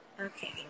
Okay